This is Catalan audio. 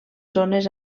zones